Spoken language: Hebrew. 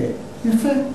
כן, יפה.